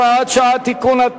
הוראת שעה) (תיקון),